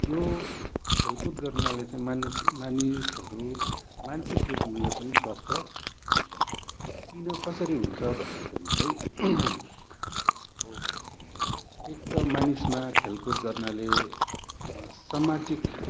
यो खेलकुद गर्नाले चाहिँ मानिस मानिसहरू मानसिक रूपले पनि स्वस्थ हुन्छन् किन कसरी हुन्छ भन्दाखेरि चाहिँ एक त मानिसमा खेलकुद गर्नाले सामाजिक